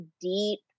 deep